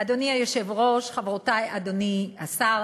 אדוני היושב-ראש, אדוני השר,